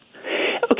Okay